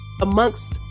amongst